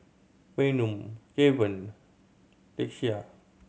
Bynum Kevan Lakeshia